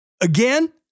Again